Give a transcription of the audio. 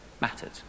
mattered